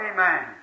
Amen